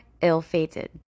ill-fated